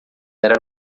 era